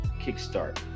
kickstart